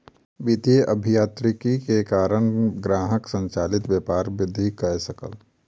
वित्तीय अभियांत्रिकी के कारण ग्राहक संचालित व्यापार वृद्धि कय सकल